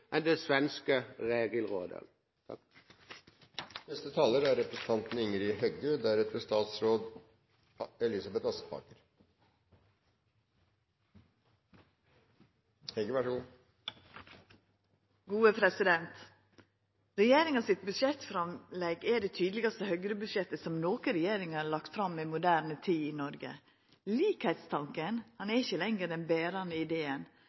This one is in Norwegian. enn det svenske regelrådet. Regjeringa sitt budsjettframlegg er det tydelegaste høgrebudsjettet som noka regjering har lagt fram i moderne tid i Noreg. Likskapstanken er ikkje lenger den berande ideen